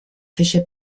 fece